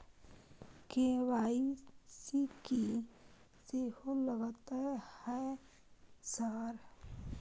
KYC की सेहो लगतै है सर?